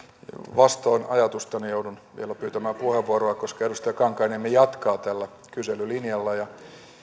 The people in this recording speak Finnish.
vastoin ajatustani jouduin vielä pyytämään puheenvuoroa koska edustaja kankaanniemi jatkaa tällä kyselylinjalla